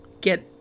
get